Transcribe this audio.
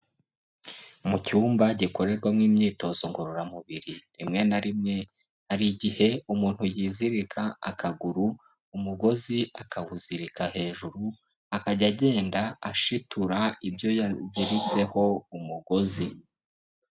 Mu cyumba gikorerwamo imyitozo ngororamubiri, rimwe na rimwe hari igihe umuntu yizirika akaguru, umugozi akawuzirika hejuru, akajya agenda ashitura ibyo yaziritseho umugozi.